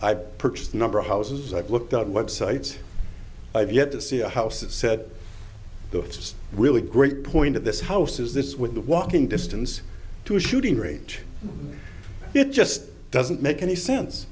i purchased a number of houses i've looked at websites i've yet to see a house that said those really great point of this house is this with the walking distance to a shooting range it just doesn't make any sense